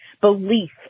Belief